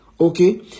Okay